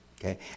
Okay